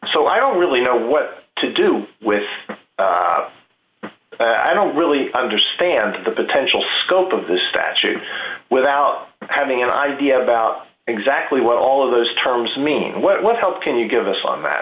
so i don't really know what to do with i don't really understand the potential scope of the statute without having an idea about exactly what all of those terms mean what help can you give us on that